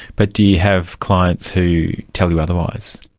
but do you have clients who tell you otherwise?